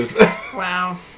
Wow